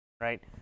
Right